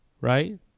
right